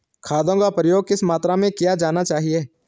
खादों का प्रयोग किस मात्रा में किया जाना चाहिए?